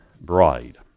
bride